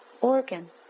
organ